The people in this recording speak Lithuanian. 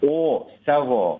o savo